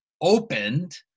Opened